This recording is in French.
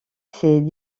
ses